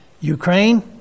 Ukraine